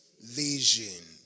vision